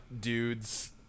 dudes